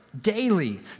daily